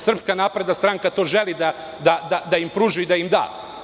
Srpska napredna stranka to želi da im pruži i da im da.